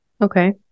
Okay